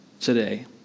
today